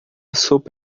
sopa